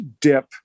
dip